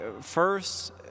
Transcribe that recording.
first